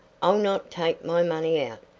i'll not take my money out,